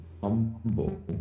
humble